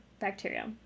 bacteria